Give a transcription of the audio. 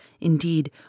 indeed